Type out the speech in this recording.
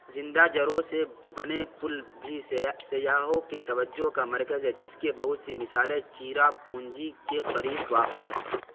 زندہ جروں سے بنے پل بھی سیاحوں کے توجہ کا مرکز ہے جس کے بہت سی مثالیں چیراپونجی کے قریب واقع ہے